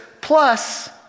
plus